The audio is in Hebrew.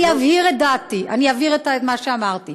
אני אבהיר את דעתי, אני אבהיר את מה שאמרתי.